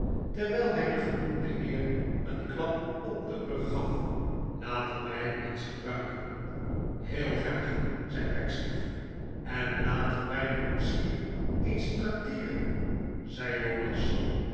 terwijl hij den genoemden heer een klap op den rug gaf laten wij iets gebruiken heel graag zei pecksniff en laten wij den koetsier eens trakteeren zei jonas